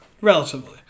Relatively